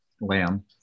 lamb